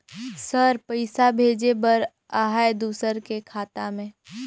Sir पइसा भेजे बर आहाय दुसर के खाता मे?